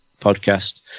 podcast